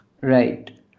Right